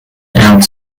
and